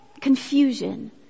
confusion